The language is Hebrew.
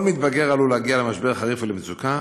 כל מתבגר עלול להגיע למשבר חריף ולמצוקה,